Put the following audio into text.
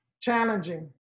challenging